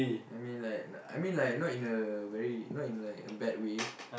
I mean like I mean like not in a very not in like a bad way